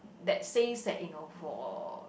that says that you know for